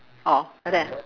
orh like that ah